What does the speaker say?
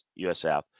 USF